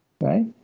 Right